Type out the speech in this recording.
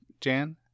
Jan